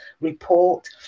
report